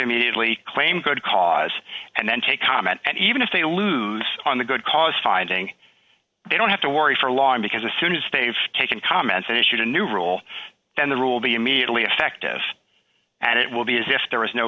immediately claim good cause and then take comment and even if they lose on the good cause finding they don't have to worry for long because as soon as stave taken comments it issued a new rule then the rule be immediately effective and it will be as if there was no